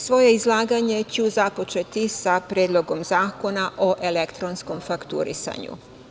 Svoje izlaganje ću započeti sa Predlogom zakona o elektronskom fakturisanju.